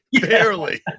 barely